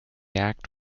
act